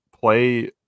play